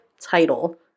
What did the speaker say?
title